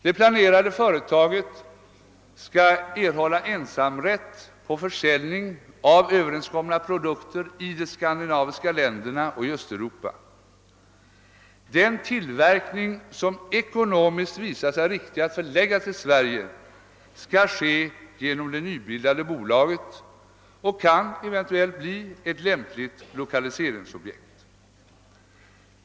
Det planerade företaget skall erhålla ensamrätt på försäljningen av överenskomna produkter i de skandinaviska länderna och i Östeuropa. Den tillverkning som visar sig ekonomiskt riktig att förlägga till Sverige skall ske genom det nybildade bolaget och kan eventuellt bli ett lämpligt lokaliseringsobjekt.